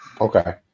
Okay